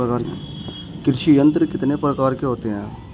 कृषि यंत्र कितने प्रकार के होते हैं?